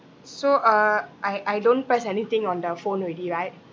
so uh I I don't press anything on the phone already right